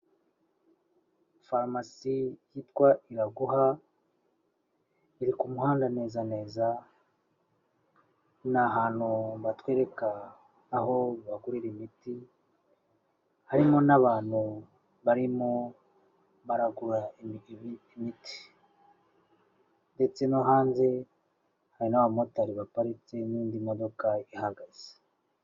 Faromasi yitwa Iraguha, iri ku umuhanda neza neza, ni ahantu batwereka aho bagurira imiti, harimo n'abantu barimo baragura imiti. Ndetse no hanze, hari n'abamotari baparitse n'indi modoka ihagaze.